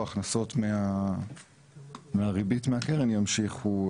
ההכנסות מהריבית מהקרן ימשיכו